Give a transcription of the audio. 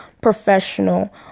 professional